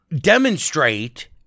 demonstrate